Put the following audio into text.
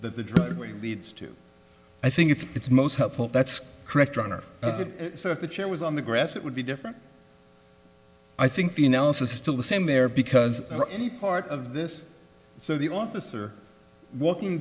that the driveway leads to i think it's most helpful that's correct runner so if the chair was on the grass it would be different i think the analysis still the same there because or any part of this so the officer walking